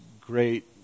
great